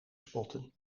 spotten